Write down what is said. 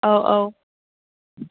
औ औ